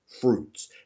fruits